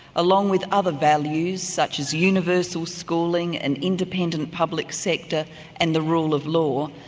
along with other values such as universal schooling, an independent public sector and the rule of law,